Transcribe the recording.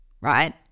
right